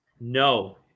No